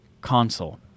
console